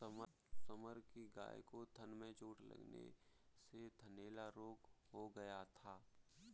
summer की गाय को थन में चोट लगने से थनैला रोग हो गया था